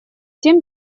тем